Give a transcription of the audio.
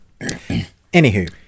Anywho